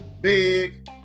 big